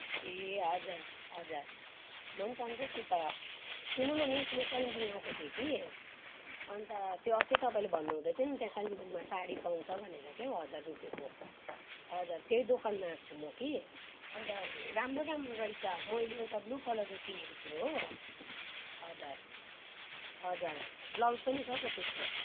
ए हजुर हजुर म पनि सन्चै छु त सुन्नु न मिस म कालिम्पोङ आएको थिएँ कि अन्त त्यो अस्ति तपाईँले भन्नुहुँदै थियो नि त्यहाँ कालिम्पोङमा साडी पाउँछ भनेर क्या हौ हजार रुपियाँको हजुर त्यही दोकानमा आएको छु म कि अन्त राम्रो राम्रो रहेछ मैले एउटा ब्लु कलरको किनेको छु हो हजुर हजुर ब्लाउज पनि छ त त्यसमा